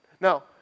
Now